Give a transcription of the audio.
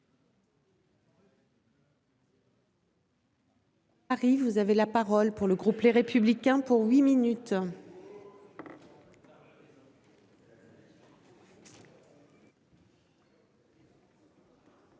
vous avez la parole pour le groupe Les Républicains pour huit minutes.